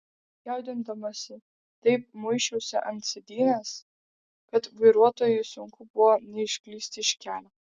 jaudindamasi taip muisčiausi ant sėdynės kad vairuotojui sunku buvo neišklysti iš kelio